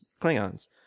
Klingons